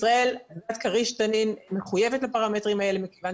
ישראל עם כריש תנין מחויבת לפרמטרים האלה מכיוון